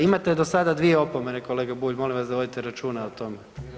Imate do sada dvije opomene kolega Bulj, molim vas da vodite računa o tome.